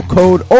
code